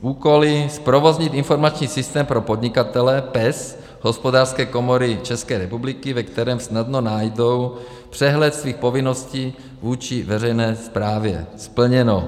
Úkoly: zprovoznit informační systém pro podnikatele PES Hospodářské komory České republiky, ve kterém snadno najdou přehled svých povinností vůči veřejné správě splněno.